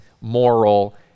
moral